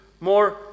more